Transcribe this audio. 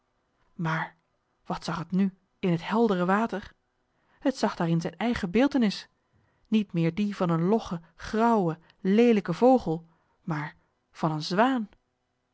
maar wat zag het nu in het heldere water het zag daarin zijn eigen beeltenis niet meer die van een loggen grauwen leelijken vogel maar van een zwaan